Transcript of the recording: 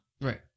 Right